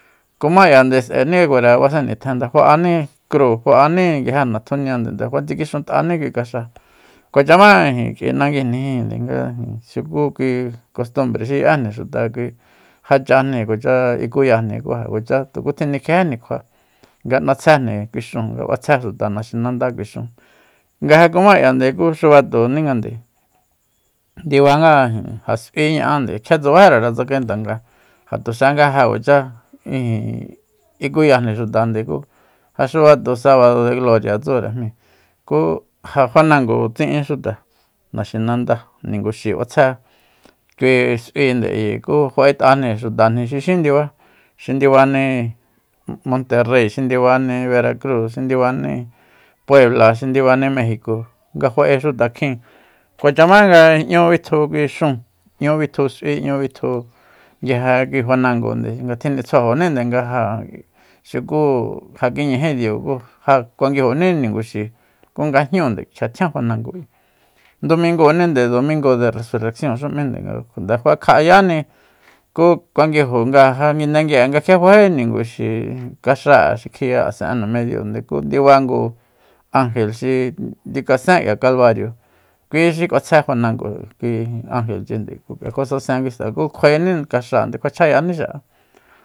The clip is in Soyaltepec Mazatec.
Kumá k'iande s'aeníkure basen nitjen nde fa'aní cru fa'aní natjuniande fatsikixant'aní kui kaxáa kuacha má ijin k'ui nanguijnijin nga xuku kui kostumbre xi ye'éjni xuta xi kui já chajni kuacha ikuyajni ku ja kuacha tuku tjinikjiéji'ni kjua nga n'atsjenji kui xun nga b'astjé xuta naxinanda kui xúun nga ja kumá k'iande ku xubatonijande ndibanga ja s'ui ña'ande kjia tsubájire tsakaen tanga ja tuxa ja nga kuacha ijin ikuyajni xutande ku ja xubato sabado de gloria tsúre jmíi kú ja fanango tsiín xuta naxinanda ninguxi b'atsje kui s'uinde ayi ku fa'et'ajni xutajni xi xín ndiba xi ndibani monterrey xi ndibani veracrúu xi ndibani puebla xi ndibani majico nga gfa'e xuta kjin kuacha ma nga 'ñu bitju kui xúun 'ñu bitju s'ui 'ñu bitju nguije kui fanangonde nga tjinitsjuajoninde nga ja xuku ja kiñají diu ku ja kuanguijoní ninguxi ku nga jnúunde kjia tjian fanango ndumingúuní domingo de resurreccionxu m'índe nga nde fakja'ayani ku kuanguijo nga nguindengui'e nga kjia faejí ninguxi kaxa xi kiya asen'e namíña diunde ku ndiba ngu angel xi ndiu kasén k'ia kalbario kui xi kjuatsjé fanango kui angelchinde ku k'ia kjua sasen kui xta ku kjuaení kaxáa kjua chjayaní xi'a